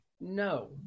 No